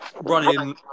running